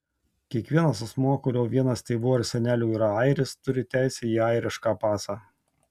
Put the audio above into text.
kiekvienas asmuo kurio vienas tėvų ar senelių yra airis turi teisę į airišką pasą